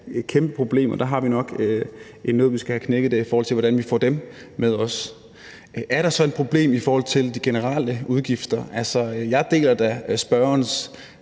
kæmpeproblem, og der har vi nok en nød, vi skal have knækket, i forhold til hvordan vi også får dem med. Er der så et problem med de generelle udgifter? Jeg deler da spørgerens